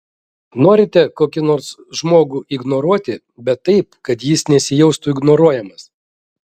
norite kokį nors žmogų ignoruoti bet taip kad jis nesijaustų ignoruojamas